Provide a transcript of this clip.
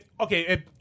okay